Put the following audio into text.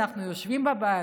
אנחנו יושבים בבית,